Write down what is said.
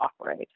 operate